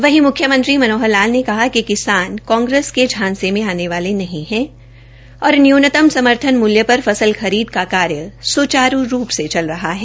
वहीं म्ख्यमंत्री मनोहर लाल ने कहा कि किसान कांग्रेस के झांसे में आने वाले नहीं है और न्यूनतम समर्थन मूल्य पर फसल खरीद का कार्य सुचारू रूप से चल रहा है